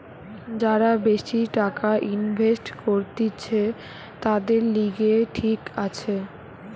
যারা বেশি টাকা ইনভেস্ট করতিছে, তাদের লিগে ঠিক আছে